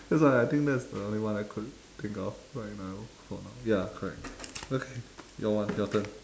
that's why I think that's the only one I could think of right now for now ya correct okay your one your turn